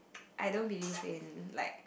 I don't believe in like